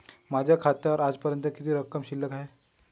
माझ्या खात्यावर आजपर्यंत किती रक्कम शिल्लक आहे?